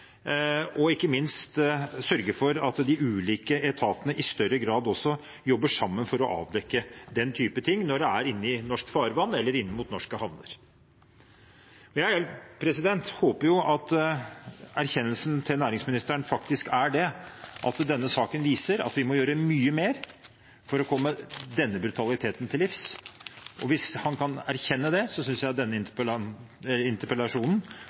og ikke minst at man sørger for at de ulike etatene i større grad jobber sammen for å avdekke denne typen saker når det skjer i norsk farvann eller i norske havner. Jeg håper at erkjennelsen til næringsministeren faktisk er at denne saken viser at vi må gjøre mye mer for å komme denne brutaliteten til livs. Hvis han kan erkjenne det, synes jeg denne interpellasjonen